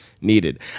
needed